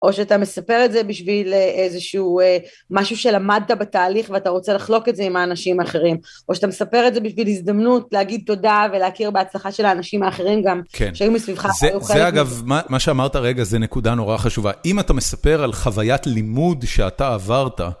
או שאתה מספר את זה בשביל איזשהו... משהו שלמדת בתהליך ואתה רוצה לחלוק את זה עם האנשים האחרים, או שאתה מספר את זה בשביל הזדמנות להגיד תודה ולהכיר בהצלחה של האנשים האחרים גם שהיו מסביבך, שהיו חייבים. זה אגב, מה שאמרת רגע זה נקודה נורא חשובה. אם אתה מספר על חוויית לימוד שאתה עברת...